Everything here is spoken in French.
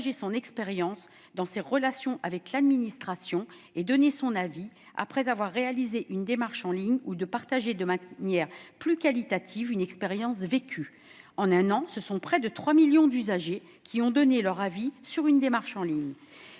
son expérience dans ses relations avec l'administration, de donner son avis après avoir réalisé une démarche en ligne ou de partager de manière plus qualitative une expérience vécue. En un an, ce sont près de 3 millions d'usagers qui ont donné leur avis sur une démarche en ligne.